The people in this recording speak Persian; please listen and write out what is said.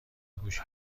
گوش